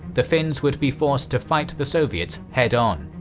the finns would be forced to fight the soviets head-on.